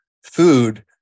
food